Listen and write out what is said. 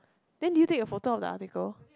then did you take a photo of the article